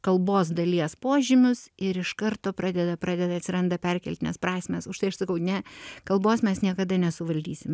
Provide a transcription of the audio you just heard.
kalbos dalies požymius ir iš karto pradeda pradeda atsiranda perkeltinės prasmės už tai aš sakau ne kalbos mes niekada nesuvaldysim